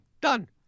Done